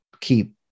keep